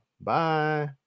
Bye